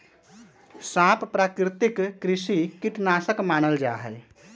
सांप प्राकृतिक कृषि कीट नाशक मानल जा हई